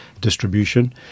distribution